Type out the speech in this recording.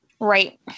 Right